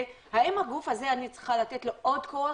האם לגוף הזה אני צריכה לתת עוד כוח,